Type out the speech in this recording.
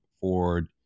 Ford